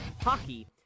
hockey